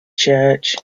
church